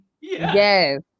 Yes